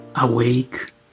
awake